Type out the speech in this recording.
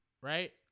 right